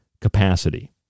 capacity